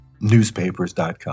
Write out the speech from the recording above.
newspapers.com